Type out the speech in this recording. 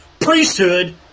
priesthood